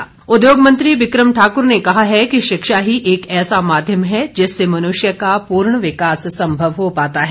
become Thakur उद्योग मंत्री बिक्रम ठाकर ने कहा है कि शिक्षा ही एक ऐसा माध्यम है जिससे मनृष्य का पूर्ण विकास संभव हो पाता है